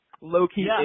low-key